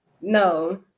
No